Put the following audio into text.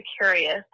curious